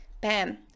bam